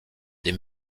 des